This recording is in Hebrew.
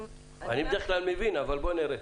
אני בדרך כלל מבין, אבל בואי נראה.